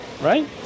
right